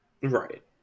Right